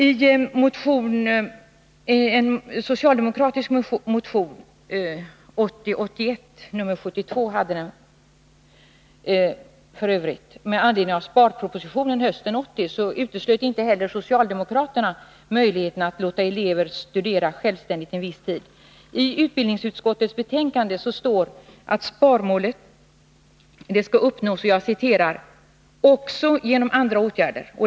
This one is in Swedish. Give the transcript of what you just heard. I den socialdemokratiska motionen 1980/81:72 med anledning av sparpropositionen hösten 1980 uteslöt inte heller socialdemokraterna möjligheten att låta elever studera självständigt en viss tid. I utbildningsutskottets betänkandet står det att sparmålet skall uppnås ”också genom andra åtgärder”.